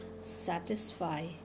satisfy